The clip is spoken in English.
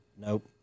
Nope